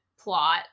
plot